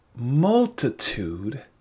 Multitude